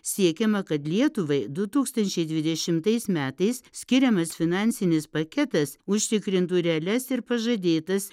siekiama kad lietuvai du tūkstančiai dvidešimtais metais skiriamas finansinis paketas užtikrintų realias ir pažadėtas